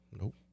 Nope